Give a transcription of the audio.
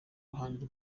ruhande